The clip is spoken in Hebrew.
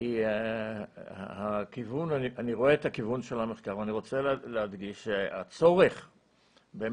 כי אני רואה את הכיוון של המחקר ואני רוצה להדגיש שהצורך במחקר,